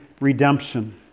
redemption